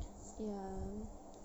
ya